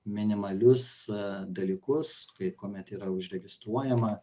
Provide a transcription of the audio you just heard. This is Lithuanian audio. minimalius dalykus kai kuomet yra užregistruojama